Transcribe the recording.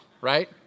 right